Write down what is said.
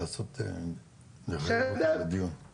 בסדר?